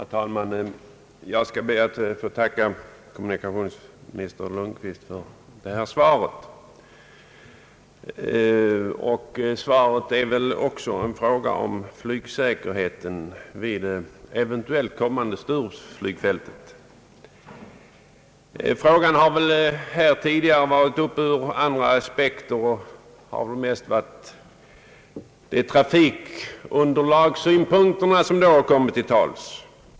Herr talman! Jag ber att få tacka kommunikationsminister Lundkvist för detta svar. Min fråga gällde flygsäkerheten vid det planerade Sturupsflygfältet. Problemet har tidigare behandlats med andra aspekter, framför allt med tanke på trafikunderlaget.